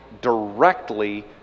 directly